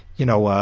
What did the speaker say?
y'know,